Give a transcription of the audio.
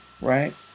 right